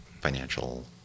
financial